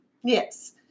Yes